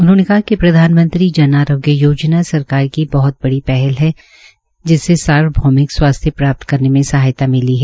उन्होंने कहा कि प्रधानमंत्री जन आरोग्य योजना सरकार की बहत बड़ी पहल है जिससे सार्वभोमिक स्वास्थ्य प्राप्त करने में सहायता मिली है